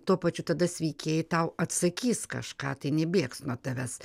tuo pačiu tada sveikieji tau atsakys kažką tai nebėgs nuo tavęs